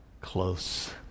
close